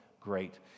Great